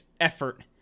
effort